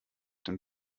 dem